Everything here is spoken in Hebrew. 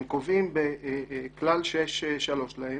הם קובעים בכלל 6ׁ(3) להם,